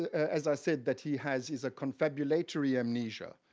as i said, that he has is a confabulatory amnesia.